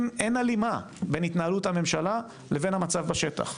הלימה בין התנהלות הממשלה לבין המצב בשטח.